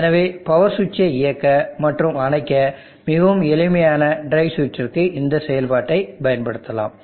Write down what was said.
எனவே பவர் சுவிட்சை இயக்க மற்றும் அணைக்க மிகவும் எளிமையான டிரைவ் சுற்றுக்கு இந்த செயல்பாட்டைப் பயன்படுத்தலாம்